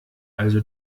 also